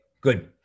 good